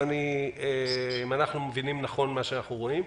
אם אנחנו מבינים נכון את מה שאנחנו רואים,